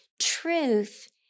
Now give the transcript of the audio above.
Truth